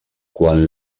quan